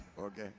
Okay